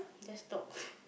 just stop